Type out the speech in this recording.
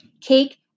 cake